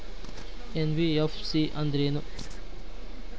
NBFC ಅಂದ್ರೇನು?